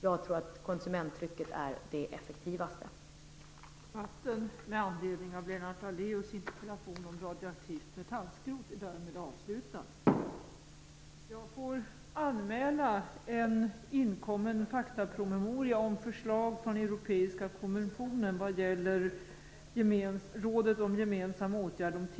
Jag tror att konsumenttrycket är det effektivaste medlet.